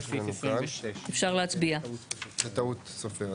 טעות סופר.